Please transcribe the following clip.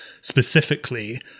specifically